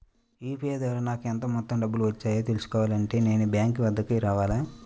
UPI ద్వారా నాకు ఎంత మొత్తం డబ్బులు వచ్చాయో తెలుసుకోవాలి అంటే నేను బ్యాంక్ వద్దకు రావాలా?